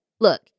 Look